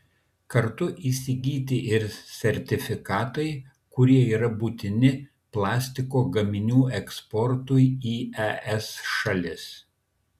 kartu įsigyti ir sertifikatai kurie yra būtini plastiko gaminių eksportui į es šalis